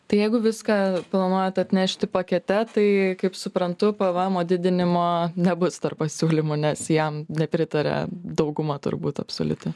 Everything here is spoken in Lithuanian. tai jeigu viską planuojat atnešti pakete tai kaip suprantu pvemo didinimo nebus tarp pasiūlymų nes jam nepritaria dauguma turbūt absoliuti